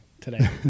today